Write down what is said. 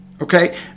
okay